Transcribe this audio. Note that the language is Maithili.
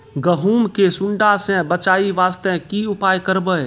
गहूम के सुंडा से बचाई वास्ते की उपाय करबै?